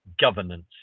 governance